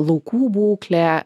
laukų būklė